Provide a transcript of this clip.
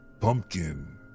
pumpkin